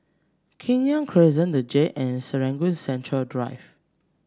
Kenya Crescent the Jade and Serangoon Central Drive